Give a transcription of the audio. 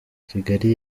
kigali